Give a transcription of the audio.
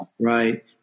Right